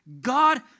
God